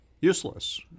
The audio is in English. useless